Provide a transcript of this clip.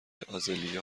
آزالیا